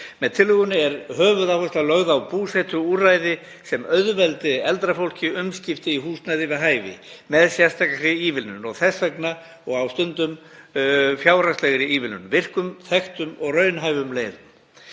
Með tillögunni er höfuðáhersla lögð á búsetuúrræði sem auðveldi eldra fólki umskipti í húsnæði við hæfi með sérstakri ívilnun, þess vegna stundum fjárhagslegri ívilnun, og virkum, þekktum og raunhæfum leiðum.